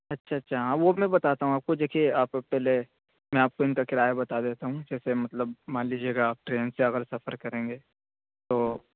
اچھا اچھا ہاں وہ میں بتاتا ہوں آپ کو دیکھیے آپ پہلے میں آپ کو ان کا کرایہ بتا دیتا ہوں جیسے مطلب مان لیجیے گا آپ ٹرین سے اگر سفر کریں گے تو